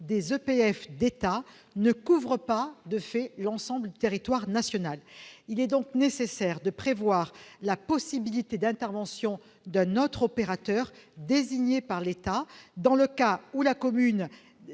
des EPF d'État ne couvrent pas l'ensemble du territoire national. Il est donc nécessaire de prévoir la possibilité d'intervention d'un autre opérateur, désigné par l'État, dans le cas où la commune